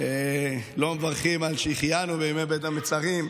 לא מברכים שהחיינו בימי בין המצרים,